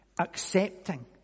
accepting